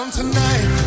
tonight